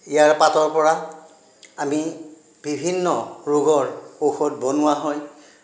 ইয়াৰ পাতৰ পৰা আমি বিভিন্ন ৰোগৰ ঔষধ বনোৱা হয়